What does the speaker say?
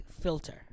filter